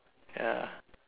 ya